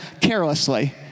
carelessly